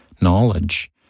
knowledge